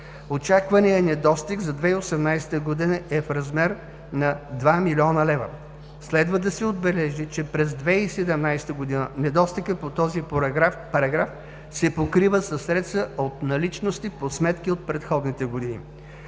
Очакваният недостиг за 2018 г. е в размер на 2 млн. лв. Следва да се отбележи, че през 2017 г. недостигът по този параграф се покрива със средства от наличности по сметки от предходните години.